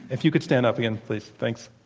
if you could stand up again, please. thanks.